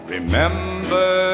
Remember